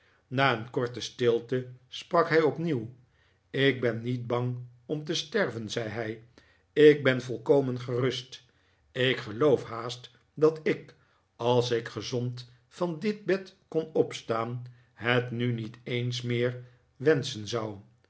na een korte stilte sprak hij opnieuw ik ben niet bang om te sterven zei hij ik ben volkomen gerust ik geloof haast dat ik als ik gezond van dit bed kon opstaan het nu niet eens meer wenschen zou